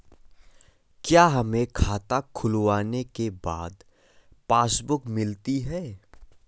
क्या हमें खाता खुलवाने के बाद पासबुक मिलती है?